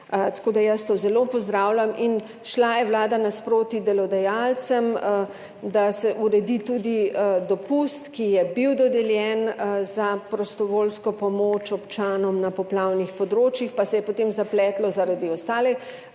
Tako da jaz to zelo pozdravljam. In šla je Vlada nasproti delodajalcem, da se uredi tudi dopust, ki je bil dodeljen za prostovoljsko pomoč občanom na poplavnih področjih, pa se je potem zapletlo zaradi ostale